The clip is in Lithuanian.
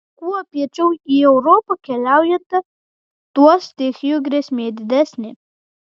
kuo piečiau į europą keliaujate tuo stichijų grėsmė didesnė